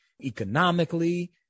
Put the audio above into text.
economically